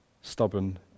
stubborn